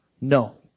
No